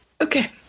Okay